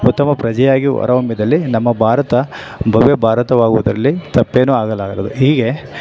ಉತ್ತಮ ಪ್ರಜೆಯಾಗಿ ಹೊರ ಹೊಮ್ಮಿದಲ್ಲಿ ನಮ್ಮ ಭಾರತ ಭವ್ಯ ಭಾರತವಾಗುವುದರಲ್ಲಿ ತಪ್ಪೇನು ಆಗಲಾರದು ಹೀಗೆ